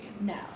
No